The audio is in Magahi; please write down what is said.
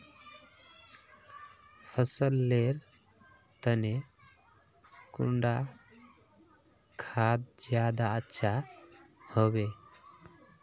फसल लेर तने कुंडा खाद ज्यादा अच्छा हेवै?